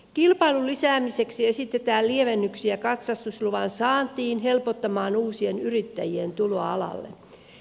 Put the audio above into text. kilpailun lisäämiseksi esitetään lievennyksiä katsastusluvan saantiin helpottamaan uusien yrittäjien tuloa alalle